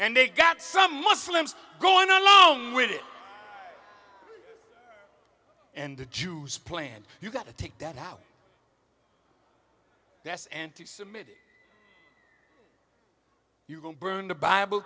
and they got some muslims going alone with it and the jews plan you've got to take that out that's anti semitic you will burn the bible